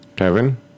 Kevin